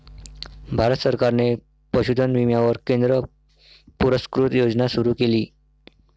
भारत सरकारने पशुधन विम्यावर केंद्र पुरस्कृत योजना सुरू केली